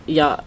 ja